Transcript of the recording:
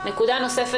יש עוד נקודה שפספסתי?